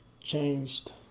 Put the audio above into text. changed